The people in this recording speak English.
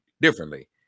differently